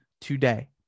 today